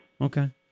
Okay